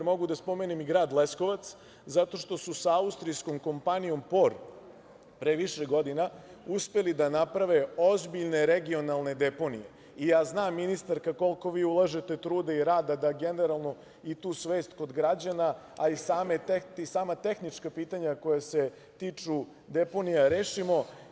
Mogu da spomenem i grad Leskovac zato što su sa austrijskom kompanijom „POR“ pre više godina uspeli da naprave ozbiljne regionalne deponije i ja znam ministarka koliko vi ulažete truda i rada da generalno i tu svest kod građana, a i sama tehnička pitanja koja se tiču deponija, rešimo.